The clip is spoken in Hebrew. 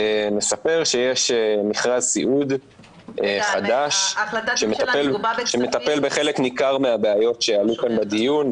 נספר שיש מכרז סיעוד חדש שמטפל בחלק ניכר מהבעיות שעלו כאן בדיון,